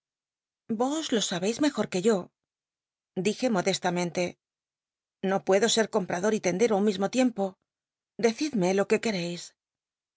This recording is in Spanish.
vos lo sabeis mejor que o dije modesta mente no puedo ser comprador y lendero un mismo tiempo decidme lo que quereis